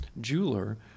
Jeweler